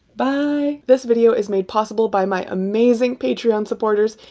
bye! this video is made possible by my amazing patreon supporters,